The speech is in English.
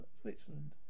Switzerland